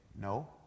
No